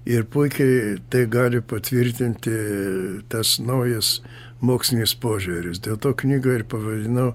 ir puikiai tai gali patvirtinti tas naujas mokslinis požiūris dėl to knygą ir pavadinau